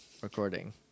recording